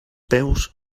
peus